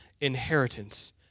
inheritance